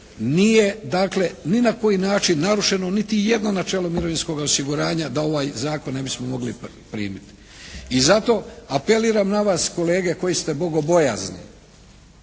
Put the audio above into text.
Nije dakle ni na koji način narušeno niti jedno načelo mirovinskoga osiguranja da ovaj zakon ne bismo mogli primiti. I zato apeliram na vas kolege koji ste bogobojazni